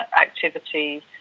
activity